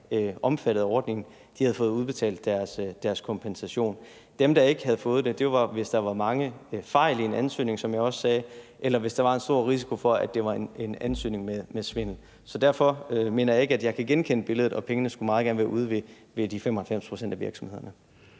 omfattet af ordningen, havde fået udbetalt deres kompensation. Dem, der ikke havde fået det, var de virksomheder, hvor der var mange fejl i ansøgningerne, eller hvor der var en stor risiko for, at det var en svindelansøgning. Derfor kan jeg ikke genkende det billede, og pengene skulle meget gerne være ude hos de 95 pct. af virksomhederne.